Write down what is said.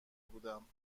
بودم